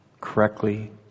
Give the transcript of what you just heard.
correctly